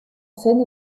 seine